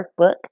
Workbook